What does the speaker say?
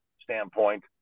standpoint